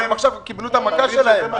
הם עכשיו קיבלו את המכה שלהם.